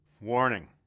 Warning